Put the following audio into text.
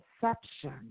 perception